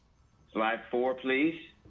so i have four please.